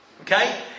Okay